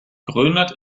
grönland